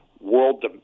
World